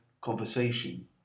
conversation